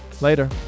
Later